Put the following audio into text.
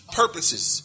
purposes